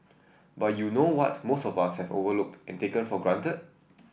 but you know what most of us have overlooked and taken for granted